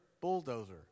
bulldozer